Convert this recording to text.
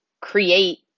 create